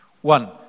One